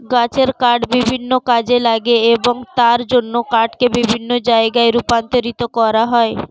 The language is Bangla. গাছের কাঠ বিভিন্ন কাজে লাগে এবং তার জন্য কাঠকে বিভিন্ন জায়গায় রপ্তানি করা হয়